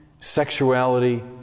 sexuality